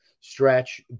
stretch